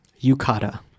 Yukata